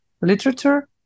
literature